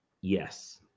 yes